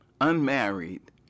unmarried